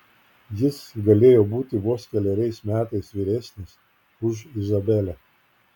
jis galėjo būti vos keleriais metais vyresnis už izabelę